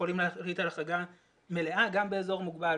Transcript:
יכולים להחליט על החרגה מלאה גם באזור מוגבל,